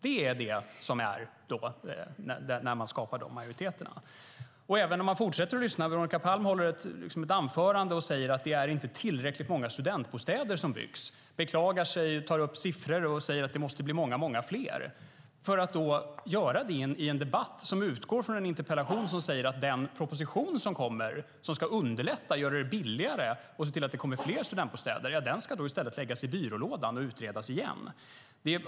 Det är sådant man har lyckats skapa majoritet för. Veronica Palm håller ett anförande och säger att det inte är tillräckligt många studentbostäder som byggs. Hon tar upp siffror och säger att det måste bli många fler. Hon gör det i en debatt som utgår från en interpellation som säger att den proposition som kommer och som ska underlätta för att få fler studentbostäder och göra det billigare ska läggas i byrålådan och utredas igen.